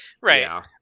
Right